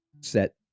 set